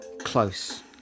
close